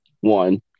One